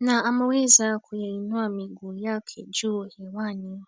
na ameweza kuyainua miguu yake juu hewani.